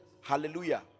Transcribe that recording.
Hallelujah